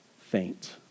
faint